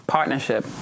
Partnership